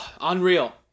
Unreal